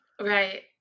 Right